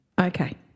Okay